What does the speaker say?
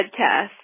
podcast